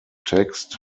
text